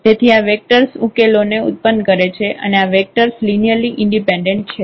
તેથી આ વેક્ટર્સ ઉકેલોને ઉત્પન્ન કરે છે અને આ વેક્ટર્સ લિનિયરલી ઈન્ડિપેન્ડેન્ટ છે